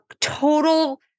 total